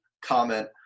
comment